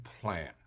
Plan